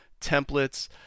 templates